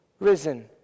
risen